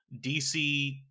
DC